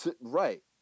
Right